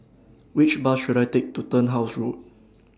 Which Bus should I Take to Turnhouse Road